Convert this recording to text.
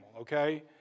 okay